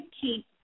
keep